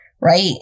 right